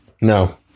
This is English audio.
No